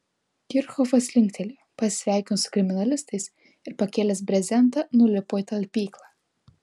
kirchhofas linktelėjo pasisveikino su kriminalistais ir pakėlęs brezentą nulipo į talpyklą